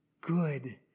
good